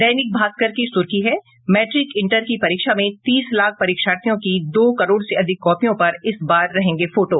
दैनिक भास्कर की सुर्खी है मैट्रिक इंटर की परीक्षा में तीस लाख परीक्षार्थियों की दो करोड़ से अधिक कॉपियों पर इस बार रहेंगे फोटो